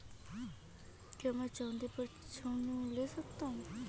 क्या मैं चाँदी पर ऋण ले सकता हूँ?